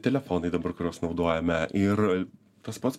telefonai dabar kuriuos naudojame ir tas pats